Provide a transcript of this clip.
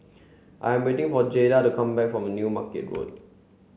I'm waiting for Jayda to come back from New Market Road